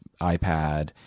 iPad